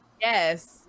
Yes